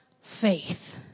faith